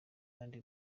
kandi